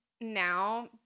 Now